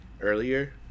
earlier